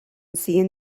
seeing